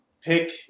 pick